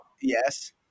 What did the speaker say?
Yes